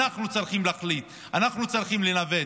אנחנו צריכים להחליט, אנחנו צריכים לנווט,